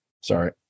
Sorry